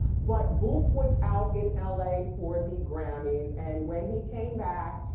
but boof was out in ah la for the grammys and when he came back,